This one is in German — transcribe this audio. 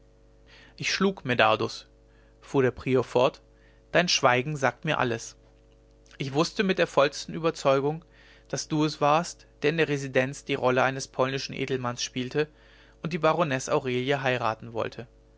ich schlug medardus fuhr der prior fort dein schweigen sagt mir alles ich wußte mit der vollsten überzeugung daß du es warst der in der residenz die rolle eines polnischen edelmanns spielte und die baronesse aurelie heiraten wollte